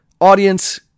audience